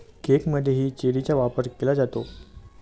केकमध्येही चेरीचा वापर केला जातो